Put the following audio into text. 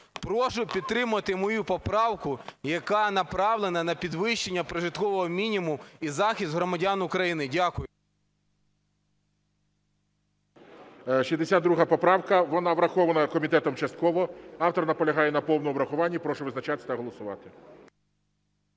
Прошу підтримати мою поправку, яка направлена на підвищення прожиткового мінімуму і захист громадян України. Дякую. ГОЛОВУЮЧИЙ. 62 поправка, вона врахована комітетом частково. Автор наполягає на повному врахуванні. Прошу визначатись та голосувати.